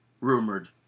rumored